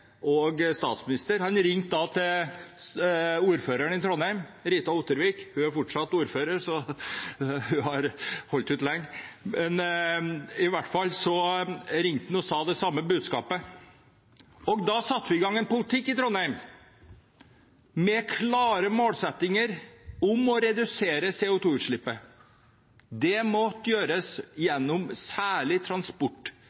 og statsminister. Han ringte ordføreren i Trondheim, Rita Ottervik – hun er fortsatt ordfører, så hun har holdt ut lenge – og ga det samme budskapet. Da satte vi i gang en politikk i Trondheim med klare målsettinger om å redusere CO2-utslippene. Det måtte gjøres